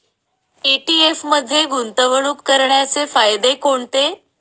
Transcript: ETF मध्ये गुंतवणूक करण्याचे फायदे कोणते?